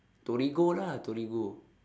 torigo lah torigo